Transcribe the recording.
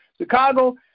Chicago